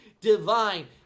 divine